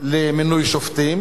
למינוי שופטים.